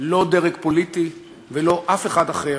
לא דרג פוליטי ולא אף אחד אחר,